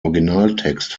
originaltext